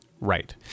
Right